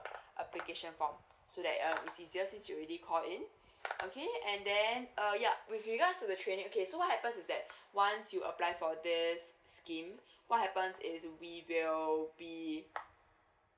application form so that um this is just since you already called in okay and then uh yup with regards to the training okay so what happens is that once you apply for this scheme what happens is we will be